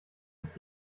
ist